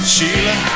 Sheila